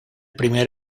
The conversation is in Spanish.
primer